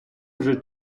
вже